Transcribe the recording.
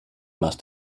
must